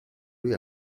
lui